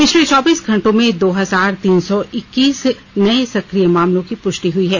पिछले चौबीस घंटों में दो हजार तीन सौ इक्कीस नये सक्रिय मामलों की पुष्टि हुई है